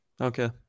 Okay